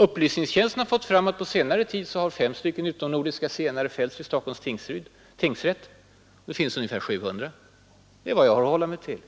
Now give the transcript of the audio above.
Upplysningstjänsten har fått fram att på senare tid har fem utomnordiska zigenare fällts vid Stockholms tingsrätt — det finns ungefär 700 i Sverige. Det är vad jag har att hålla mig till.